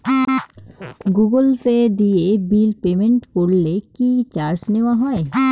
Google Pay দিয়ে bill payment করলে কি চার্জ নেওয়া হয়?